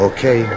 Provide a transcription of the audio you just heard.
Okay